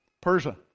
Persia